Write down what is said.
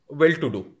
well-to-do